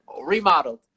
Remodeled